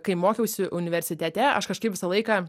kai mokiausi universitete aš kažkaip visą laiką